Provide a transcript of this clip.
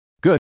Good